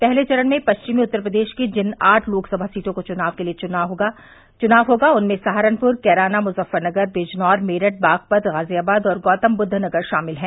पहले चरण में पश्चिमी उत्तर प्रदेश की जिन आठ लोकसभा सीटों के लिये चुनाव होगा उनमें सहारनपुर कैराना मुजफ्फरनगर बिजनौर मेरठ बागपत गाजियाबाद और गौतमबुद्वनगर शामिल हैं